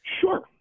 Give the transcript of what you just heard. Sure